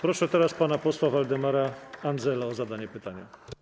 Proszę teraz pana posła Waldemara Andzela o zadanie pytania.